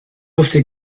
dürfte